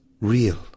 real